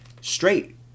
straight